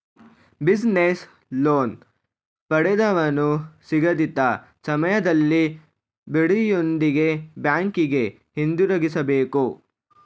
business loan ಪಡೆದವನು ನಿಗದಿತ ಸಮಯದಲ್ಲಿ ಬಡ್ಡಿಯೊಂದಿಗೆ ಬ್ಯಾಂಕಿಗೆ ಹಿಂದಿರುಗಿಸಬೇಕು